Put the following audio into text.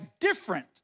different